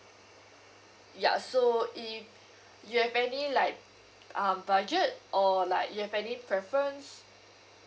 ya so if you have any like um budget or like you have any preference